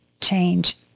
change